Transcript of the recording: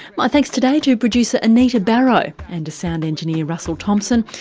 my thanks today to producer anita barraud and to sound engineer russell thompson.